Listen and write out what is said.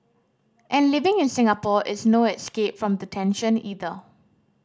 and living in Singapore is no escape from the tension either